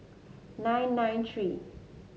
nine nine three